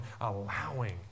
allowing